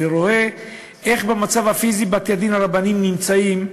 רואה באיזה מצב פיזי בתי-הדין הרבניים נמצאים.